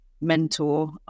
Mentor